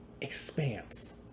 expanse